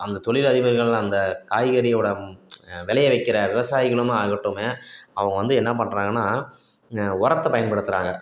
அந்த தொழில் அதிபர்கள் அந்த காய்கறியோடய விளைய வைக்கிற விவசாயிகளும் ஆகட்டுங்க அவங்க வந்து என்ன பண்ணுறாங்கன்னா உரத்த பயன்படுத்துகிறாங்க